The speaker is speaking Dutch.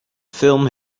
film